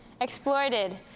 exploited